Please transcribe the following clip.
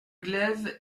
glaive